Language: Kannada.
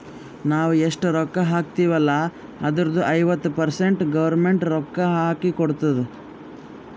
ನಾವ್ ಎಷ್ಟ ರೊಕ್ಕಾ ಹಾಕ್ತಿವ್ ಅಲ್ಲ ಅದುರ್ದು ಐವತ್ತ ಪರ್ಸೆಂಟ್ ಗೌರ್ಮೆಂಟ್ ರೊಕ್ಕಾ ಹಾಕಿ ಕೊಡ್ತುದ್